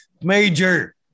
major